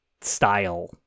style